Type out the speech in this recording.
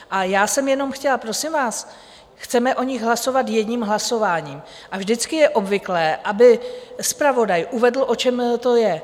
A já jsem jenom chtěla prosím vás, chceme o nich hlasovat jedním hlasováním, a vždycky je obvyklé, aby zpravodaj uvedl, o čem to je.